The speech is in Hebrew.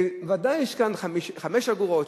ודאי יש כאן 5 אגורות,